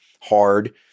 hard